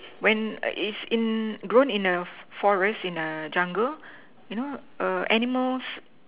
when is in grown in a forest in a jungle you know err animals